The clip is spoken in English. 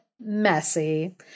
messy